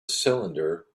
cylinder